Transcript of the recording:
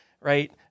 right